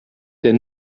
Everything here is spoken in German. der